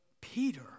Peter